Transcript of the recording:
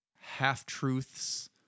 half-truths